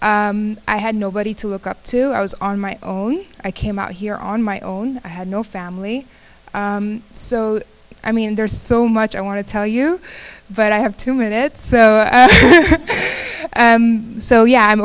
i had nobody to look up to i was on my own i came out here on my own i had no family so i mean there's so much i want to tell you but i have two minutes so and so yeah i'm